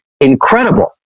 incredible